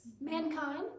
mankind